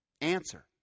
Answer